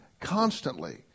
constantly